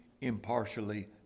impartially